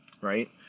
Right